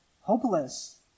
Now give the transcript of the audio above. hopeless